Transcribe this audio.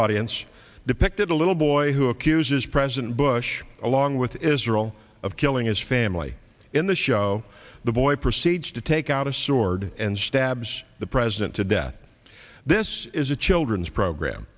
audience depicted a little boy who accuses president bush along with israel of killing his family in the show the boy proceeds to take out a sword and stabs the president to death this is a children's program